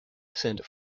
send